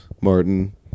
Martin